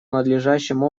надлежащим